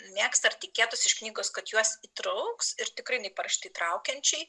mėgsta ir tikėtųsi iš knygos kad juos įtrauks ir tikrai jinai parašyta įtraukiančiai